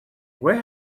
where